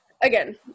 Again